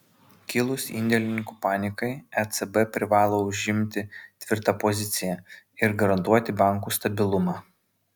kilus indėlininkų panikai ecb privalo užimti tvirtą poziciją ir garantuoti bankų stabilumą